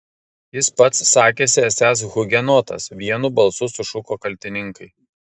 jis pats sakėsi esąs hugenotas vienu balsu sušuko kaltininkai